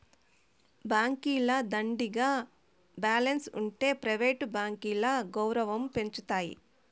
బాంకీల దండిగా బాలెన్స్ ఉంటె ప్రైవేట్ బాంకీల గౌరవం పెంచతాయి